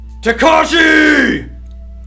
Takashi